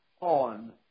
on